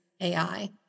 AI